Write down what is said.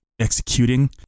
executing